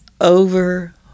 over